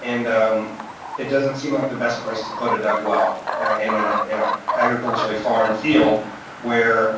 and it doesn't seem like the best place to put a dug well in ah an ah agriculturally farm field where